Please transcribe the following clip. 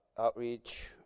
Outreach